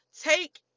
take